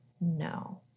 no